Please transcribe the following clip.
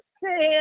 say